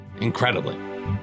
incredibly